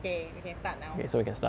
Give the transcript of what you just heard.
okay we can start now